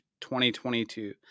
2022